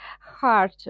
hard